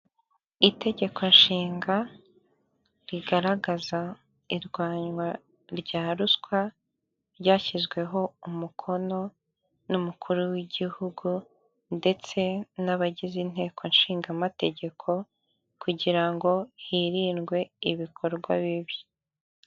Itegeko nshinga rigaragaza irwanywa rya ruswa ryashyizweho umukono n'umukuru w'igihugu, ndetse n'abagize inteko nshinga mategeko, kugirango hirindwe ibikorwa bibi.